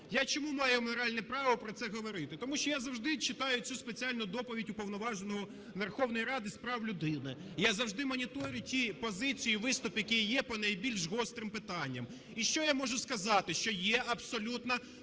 Я чому маю моральне право про це говорити? Тому що я завжди читаю цю спеціальну доповідь Уповноваженого Верховної Ради з прав людини. Я завжди моніторю ті позиції і виступи, які є по найбільш гострим питанням. І що я можу сказати? Що є абсолютно